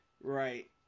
Right